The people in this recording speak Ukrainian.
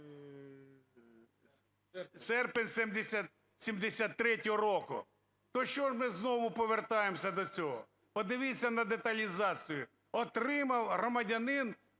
серпень 73-го року. То що ми знову повертаємся до цього. Подивіться на деталізацію: отримав громадянин,